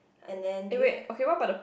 and then do you have